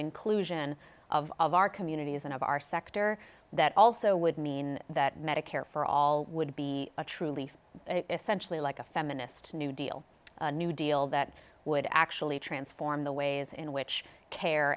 inclusion of of our communities and of our sector that also would mean that medicare for all would be a truly free essentially like a feminist new deal new deal that would actually transform the ways in which care